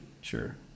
Sure